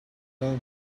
down